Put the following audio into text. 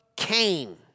Cain